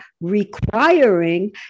requiring